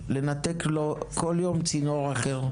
לנתק לו כל יום צינור אחר,